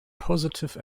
positive